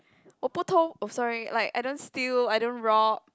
wo bu tou oh sorry like I don't steal I don't rob